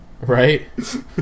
Right